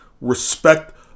respect